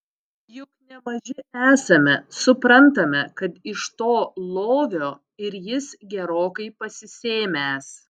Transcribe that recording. juk ne maži esame suprantame kad iš to lovio ir jis gerokai pasisėmęs